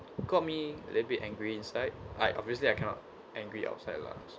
got me a little bit angry inside I obviously I cannot angry outside lah